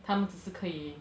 他们只是可以